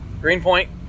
Greenpoint